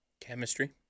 Chemistry